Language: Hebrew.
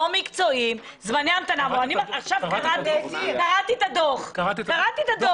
רציתי לסכם את הנושא הזה ושכולנו נסכים על זה.